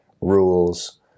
rules